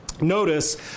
Notice